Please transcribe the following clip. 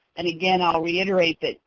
and, again, i'll reiterate that